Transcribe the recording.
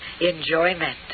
enjoyment